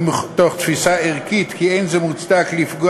ומתוך תפיסה ערכית כי אין זה מוצדק לפגוע